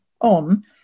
on